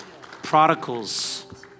Prodigals